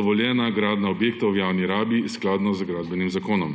dovoljenja gradnja objektov v javni rabi skladno z Gradbenim zakonom.